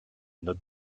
notes